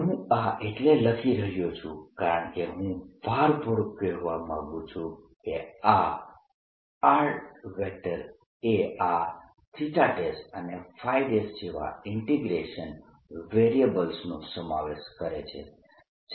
હું આ એટલે લખી રહ્યો છું કારણકે હું ભારપૂર્વક કહેવા માંગુ છું કે આ R એ આ અને ϕ જેવા ઈન્ટીગ્રેશન વેરીએબલ્સ નો સમાવેશ કરે છે